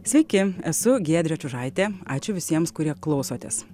sveiki esu giedrė čiužaitė ačiū visiems kurie klausotės